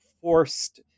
forced